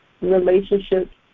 relationships